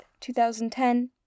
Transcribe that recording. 2010